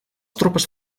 tropes